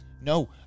no